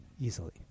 Easily